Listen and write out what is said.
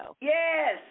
Yes